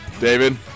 David